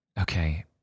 Okay